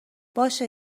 باشه